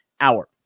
hour